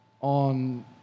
on